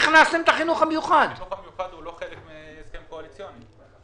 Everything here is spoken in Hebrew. החינוך המיוחד הוא לא חלק מההסכם הקואליציוני.